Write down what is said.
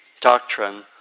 doctrine